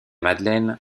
madeleine